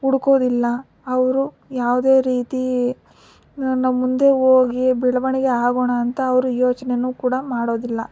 ಹುಡುಕೋದಿಲ್ಲ ಅವರು ಯಾವುದೇ ರೀತಿ ನಮ್ಮ ಮುಂದೆ ಹೋಗಿ ಬೆಳವಣಿಗೆ ಆಗೋಣ ಅಂತ ಅವರು ಯೋಚನೆನೂ ಕೂಡ ಮಾಡೋದಿಲ್ಲ